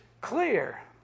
clear